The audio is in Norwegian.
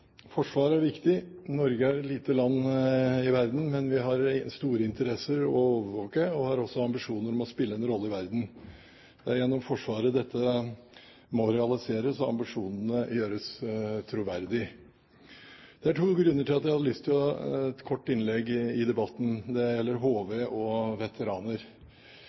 viktig. Norge er et lite land i verden, men vi har store interesser å overvåke. Vi har også ambisjoner om å spille en rolle i verden. Det er gjennom Forsvaret dette må realiseres og ambisjonene gjøres troverdige. Det er to grunner til at jeg hadde lyst til å holde et kort innlegg i debatten. Det gjelder HV og veteraner.